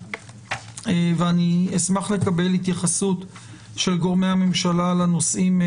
אבל הסוגיה המהותית היא קבלת הסכמה של המשרדים המציעים,